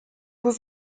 were